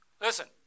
Listen